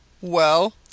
Well